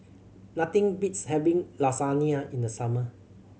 nothing beats having Lasagna in the summer